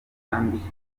kandi